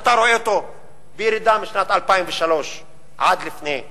אתה רואה אותו בירידה משנת 2003 עד לפני שנתיים.